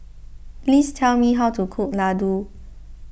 please tell me how to cook Ladoo